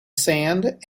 sand